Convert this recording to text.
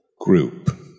group